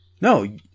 No